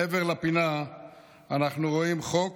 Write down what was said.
מעבר לפינה אנחנו רואים חוק